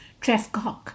Trefcock